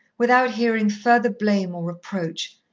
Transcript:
without hearing further blame or reproach,